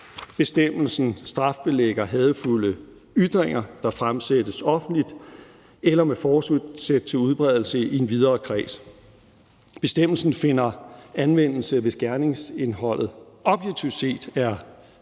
Bestemmelsen strafbelægger hadefulde ytringer, der fremsættes offentligt eller med forsæt til udbredelse i en videre kreds. Bestemmelsen finder anvendelse, hvis gerningsindholdet objektivt set er opfyldt.